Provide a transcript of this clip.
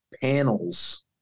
panels